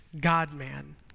God-man